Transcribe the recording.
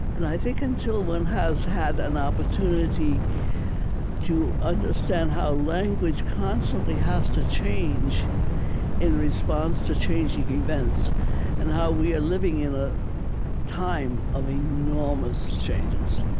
and i think, until one has had an opportunity to understand how language constantly has to change in response to changing events and how we are living in a time of enormous changes,